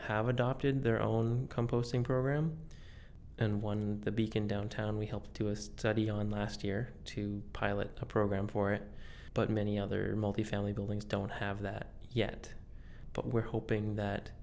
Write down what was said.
have adopted their own composing program and one in the beacon downtown we help to a study on last year to pilot a program for it but many other multifamily buildings don't have that yet but we're hoping that